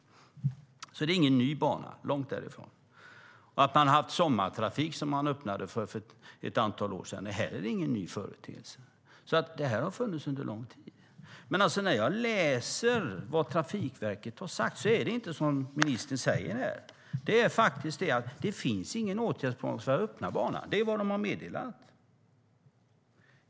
Det är alltså ingen ny bana, långt därifrån. Att man har haft sommartrafik, som man öppnade för ett antal år sedan, är inte heller någon ny företeelse. Detta har alltså funnits under lång tid. När jag läser vad Trafikverket har sagt stämmer inte det som ministern säger. Det finns faktiskt ingen åtgärdsplan för att öppna banan. Det är vad de har meddelat.